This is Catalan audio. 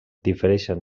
difereixen